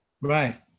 Right